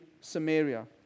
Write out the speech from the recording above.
Samaria